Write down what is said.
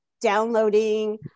downloading